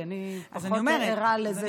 כי אני פחות ערה לזה שיש,